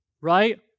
right